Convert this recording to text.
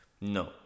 No